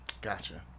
Gotcha